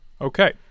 Okay